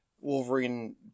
Wolverine